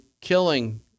killing